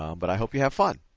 um but i hope you have fun.